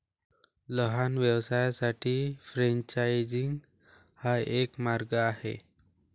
लहान व्यवसायांसाठी फ्रेंचायझिंग हा एक मार्ग आहे